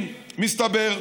מסתבר,